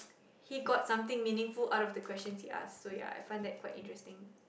he got something meaningful out of the questions he asked so ya I find that quite interesting